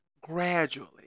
gradually